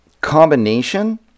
combination